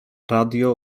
radio